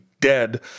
Dead